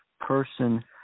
Person